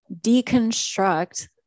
deconstruct